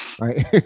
right